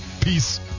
Peace